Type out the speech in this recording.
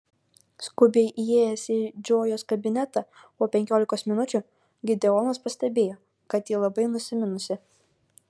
skubiai įėjęs į džojos kabinetą po penkiolikos minučių gideonas pastebėjo kad ji labai nusiminusi